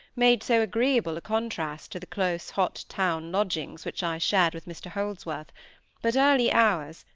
made so agreeable a contrast to the close, hot town lodgings which i shared with mr holdsworth but early hours,